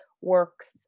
works